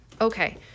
okay